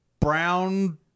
brown